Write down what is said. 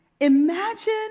Imagine